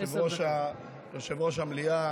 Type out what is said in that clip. לא, יושב-ראש המליאה,